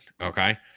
okay